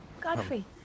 Godfrey